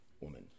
woman